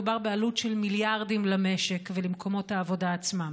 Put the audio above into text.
מדובר בעלות של מיליארדים למשק ולמקומות העבודה עצמם.